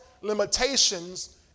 limitations